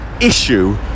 issue